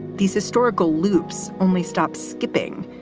these historical loops only stop skipping.